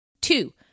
Two